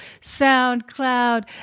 SoundCloud